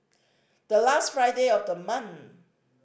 the last Friday of the month